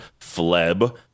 FLEB